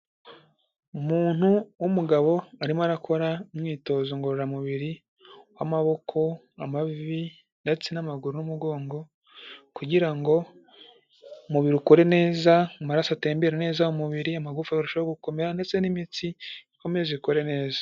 Umuntu w'umugabo arimo arakora umwitozo ngororamubiri w'amaboko, amavi, ndetse n'amaguru n'umugongo, kugira ngo umubiri ukore neza, amaraso atembera neza mu umubiri, amagufi arushaho gukomera, ndetse n'imitsi ikomeze ikore neza.